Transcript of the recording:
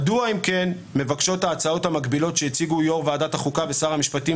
מדוע אם כן מבקשות ההצעות המקבילות שהציגו יו"ר ועדת החוקה ושר המשפטים,